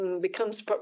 becomes